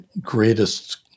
greatest